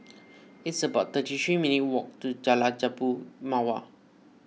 It's about thirty three minutes'walk to Jalan Jambu Mawar